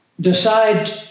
decide